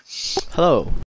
hello